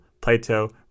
Plato